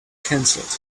cancelled